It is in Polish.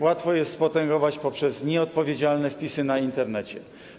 Łatwo jest spotęgować poprzez nieodpowiedzialne wpisy w Internecie.